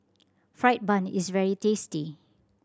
fried bun is very tasty